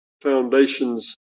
foundations